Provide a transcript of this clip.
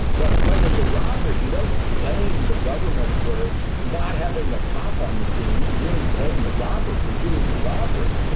but when there's a robbery, you don't blame the government for not having a cop on the scene. really blame. robert, for doing the robbery,